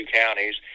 counties